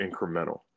incremental